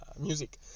music